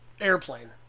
Airplane